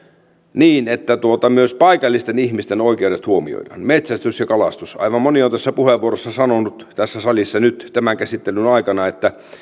niin että myös paikallisten ihmisten oikeudet huomioidaan metsästys ja kalastus aivan moni on puheenvuorossaan sanonut tässä salissa nyt tämän käsittelyn aikana että